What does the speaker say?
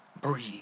breathe